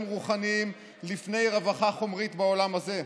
רוחניים לפני רווחה חומרית בעולם הזה.